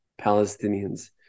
Palestinians